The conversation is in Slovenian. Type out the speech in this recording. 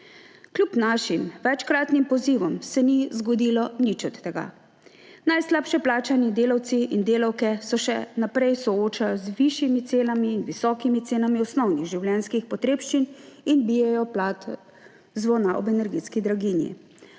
Kljub našim večkratnim pozivom se ni zgodilo nič od tega. Najslabše plačani delavci in delavke se še naprej soočajo z višjimi cenami in visokimi cenami osnovnih življenjskih potrebščin in bijejo plat zvona ob energetski draginji.